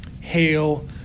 hail